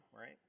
right